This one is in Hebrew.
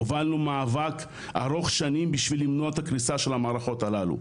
הובלנו מאבק ארוך שנים בשביל למנוע את הכניסה של המערכות הללו,